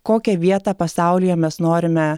kokią vietą pasaulyje mes norime